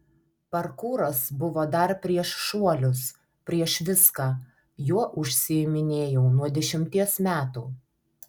parkūras buvo dar prieš šuolius prieš viską juo užsiiminėjau nuo dešimties metų